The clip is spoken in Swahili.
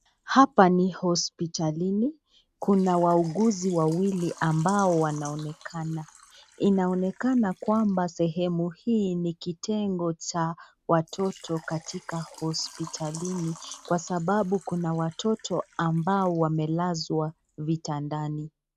Hapa ni hosptitalini kuna wauguzi wawili ambao wanaonekana. Inaonekana kwamba sehemu hii ni kitengo cha watoto katika hospitalini kwa sababu huku kuna watoto ambao wamelazwa vitandani.